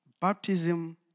Baptism